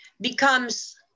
becomes